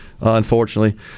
unfortunately